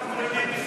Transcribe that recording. מורידים,